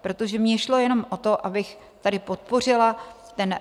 Protože mně šlo jenom o to, abych tady podpořila ten